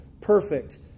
perfect